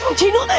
genie!